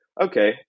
okay